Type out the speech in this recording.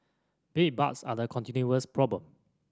bedbugs are a continuous problem